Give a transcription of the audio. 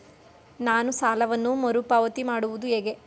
ನಾನು ಸಾಲವನ್ನು ಮರುಪಾವತಿ ಮಾಡುವುದು ಹೇಗೆ?